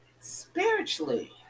spiritually